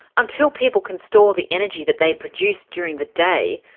until people can store the energy that they produce during the day,